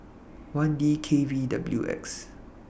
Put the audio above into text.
one D K V W X